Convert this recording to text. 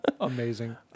amazing